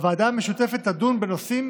הוועדה המשותפת תדון בנושאים